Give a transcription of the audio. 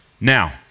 Now